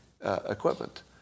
equipment